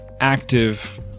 active